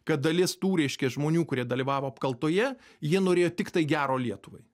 kad dalis tų reiškia žmonių kurie dalyvavo apkaltoje jie norėjo tiktai gero lietuvai